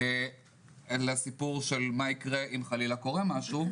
את המידע מה יקרה אם חלילה יקרה משהו,